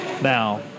Now